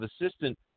assistant